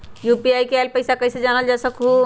UPI से आईल पैसा कईसे जानल जा सकहु?